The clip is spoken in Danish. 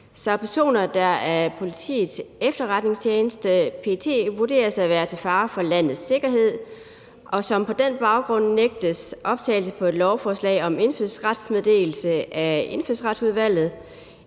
så personer, der af Politiets Efterretningstjeneste, PET, vurderes at være til fare for landets sikkerhed, og som på den baggrund nægtes optagelse på et lovforslag om indfødsretsmeddelelse af Indfødsretsudvalget,